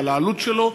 על העלות שלו,